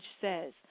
says